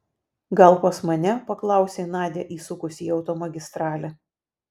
gal pas mane paklausė nadia įsukusi į automagistralę